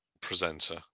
presenter